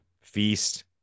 feast